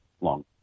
long